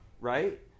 right